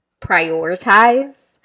Prioritize